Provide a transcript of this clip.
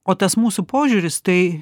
o tas mūsų požiūris tai